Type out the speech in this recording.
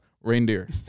Reindeer